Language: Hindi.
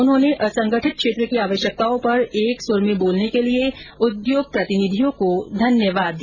उन्होंने असंगठित क्षेत्र की आवश्यकताओं पर एक सुर में बोलने के लिए उद्योग प्रतिनिधियों को धन्यवाद दिया